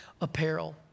apparel